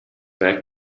back